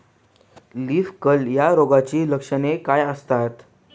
Leaf curl या रोगाची लक्षणे काय असतात?